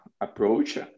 approach